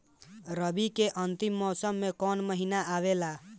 रवी के अंतिम मौसम में कौन महीना आवेला?